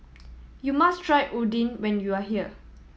you must try Oden when you are here